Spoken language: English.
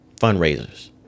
fundraisers